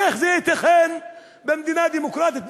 איך זה ייתכן במדינה דמוקרטית נאורה?